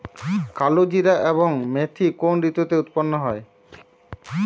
কালোজিরা এবং মেথি কোন ঋতুতে উৎপন্ন হয়?